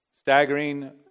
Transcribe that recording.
Staggering